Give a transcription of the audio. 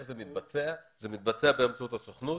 זה מתבצע באמצעות הסוכנות,